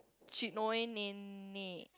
Cik Noi nenek